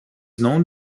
known